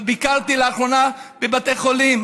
ביקרתי לאחרונה בבתי חולים,